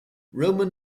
roman